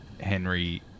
Henry